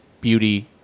beauty